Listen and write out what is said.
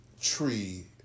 tree